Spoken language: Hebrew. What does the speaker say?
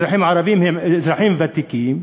הערבים שהם אזרחים ותיקים,